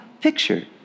picture